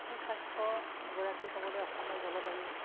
সুস্বাস্থ্যৰ গৰাকী হ'বলৈ অসমৰ জলবায়ু